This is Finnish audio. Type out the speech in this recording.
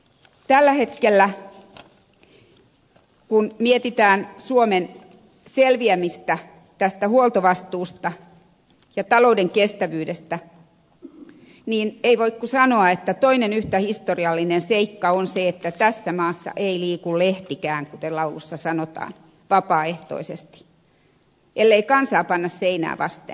tällä hetkellä kun mietitään suomen selviämistä tästä huoltovastuusta ja talouden kestävyydestä ei voi kuin sanoa että toinen yhtä historiallinen seikka on se että tässä maassa ei liiku lehtikään kuten laulussa sanotaan vapaaehtoisesti ellei kansaa panna seinää vasten